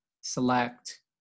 select